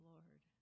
Lord